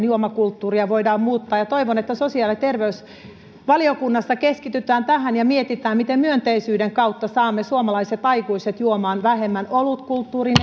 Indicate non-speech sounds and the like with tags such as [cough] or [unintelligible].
[unintelligible] juomakulttuuria voidaan muuttaa toivon että sosiaali ja terveysvaliokunnassa keskitytään tähän ja mietitään miten myönteisyyden kautta saamme suomalaiset aikuiset juomaan vähemmän olutkulttuurin [unintelligible]